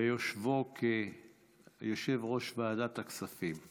ביושבו כיושב-ראש ועדת הכספים,